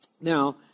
Now